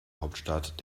hauptstadt